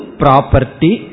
property